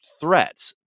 threats